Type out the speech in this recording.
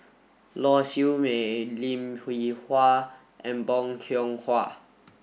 Lau Siew Mei Lim Hwee Hua and Bong Hiong Hwa